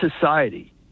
society